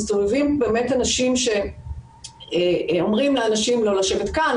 מסתובבים באמת אנשים שאומרים לאנשים: לא לשבת כאן,